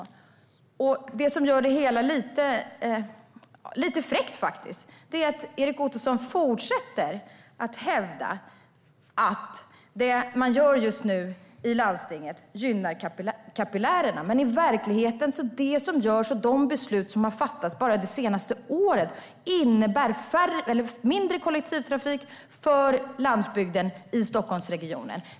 Det som gör det hela lite fräckt faktiskt är att Erik Ottoson fortsätter att hävda att det som man gör just nu i landstinget gynnar kapillärerna. Men i verkligheten är det så att det som görs och de beslut som har fattats bara under det senaste året innebär mindre kollektivtrafik för landsbygden i Stockholmsregionen.